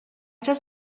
does